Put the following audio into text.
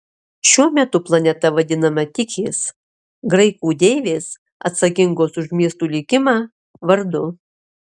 šiuo metu planeta vadinama tichės graikų deivės atsakingos už miestų likimą vardu